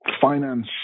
Finance